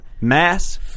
mass